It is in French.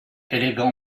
élégant